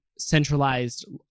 Centralized